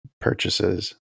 purchases